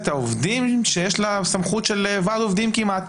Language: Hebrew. העובדים שיש לה סמכות של ועד עובדים כמעט.